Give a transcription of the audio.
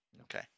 Okay